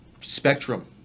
spectrum